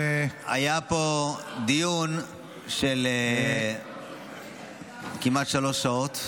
-- למעשה היה פה דיון של כמעט שלוש שעות.